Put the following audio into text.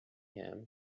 him